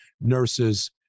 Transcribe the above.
nurses